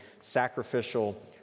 sacrificial